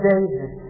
David